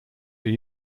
are